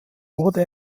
wurde